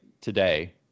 today